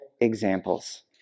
examples